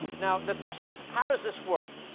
now the question is, how does this work?